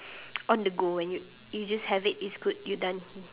on the go and you you just have it it's good you're done